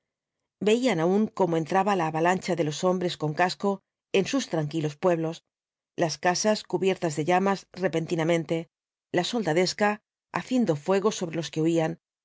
veían aún coma entraba la avalancha de los hombres con casco en sus tranquilos pueblos las casas cubiertas de llamas repentinamente la soldadesca haciendo fuego sobre los que huían